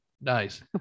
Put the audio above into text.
nice